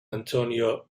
antonio